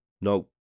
No